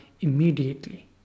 immediately